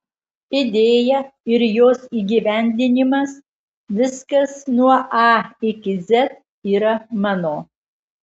idėja ir jos įgyvendinimas viskas nuo a iki z yra mano